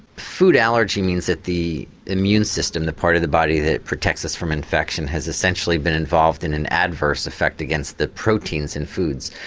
food allergy means that the immune system, that part of the body that protects us from infection has essentially been involved in an adverse effect against the proteins in foods.